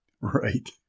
Right